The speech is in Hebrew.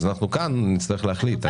אז נצטרך להחליט מה